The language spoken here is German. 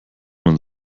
man